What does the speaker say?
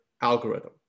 algorithm